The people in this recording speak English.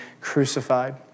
crucified